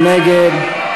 מי נגד?